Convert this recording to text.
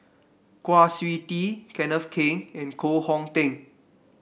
Kwa Siew Tee Kenneth Keng and Koh Hong Teng